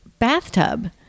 bathtub